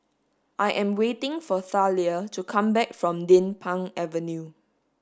I am waiting for Thalia to come back from Din Pang Avenue